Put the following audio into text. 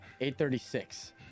836